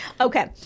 Okay